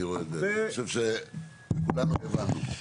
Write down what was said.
אני חושב שכולנו הבנו.